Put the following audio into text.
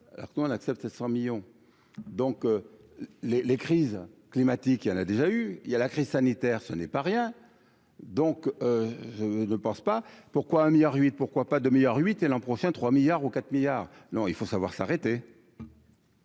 alors quand accepte 700 millions donc les les crises climatiques, il y en a déjà eu il y a la crise sanitaire, ce n'est pas rien donc ne pense pas pourquoi un milliard 8, pourquoi pas de milliards huit et l'an prochain 3 milliards ou 4 milliards non, il faut savoir s'arrêter.